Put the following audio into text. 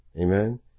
Amen